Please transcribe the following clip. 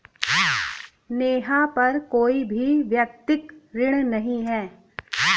नेहा पर कोई भी व्यक्तिक ऋण नहीं है